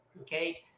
okay